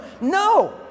no